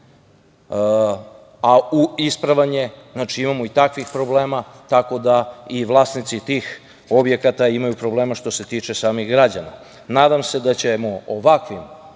a ispravan je, znači, imamo i takvih problema, tako da i vlasnici tih objekata imaju problema što se tiče samih građana. Nadam se da će ovakvom